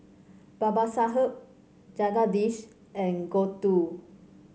Babasaheb Jagadish and Gouthu